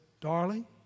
darling